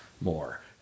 more